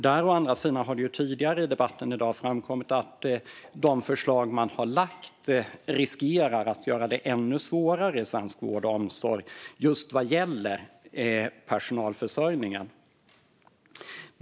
Där har det å andra sidan framkommit tidigare i debatten att de förslag som man har lagt fram riskerar att göra det ännu svårare i svensk vård och omsorg, just vad gäller personalförsörjningen.